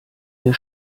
ihr